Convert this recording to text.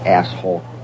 Asshole